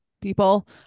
people